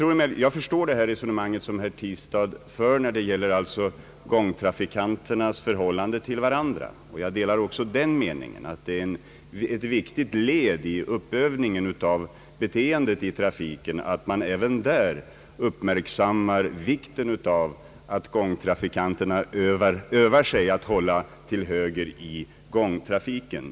Jag förstår det resonemang som herr Tistad för när det gäller gångtrafikanternas förhållande till varandra. Jag delar också den meningen att det är ett viktigt led i uppövningen av beteendet i trafiken att även uppmärksamma betydelsen av att gångtrafikanterna övar sig i att hålla till höger i gångtrafiken.